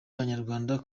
abanyarwanda